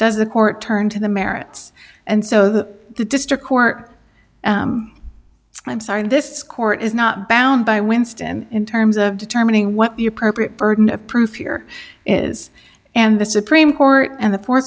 does the court turn to the merits and so that the district court i'm sorry this court is not bound by winston in terms of determining what the appropriate burden of proof here is and the supreme court and the